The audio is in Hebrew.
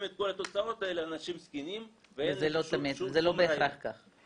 את כל התוצאות האלה על אנשים זקנים ואין שום --- וזה לא בהכרח ככה.